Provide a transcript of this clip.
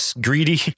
greedy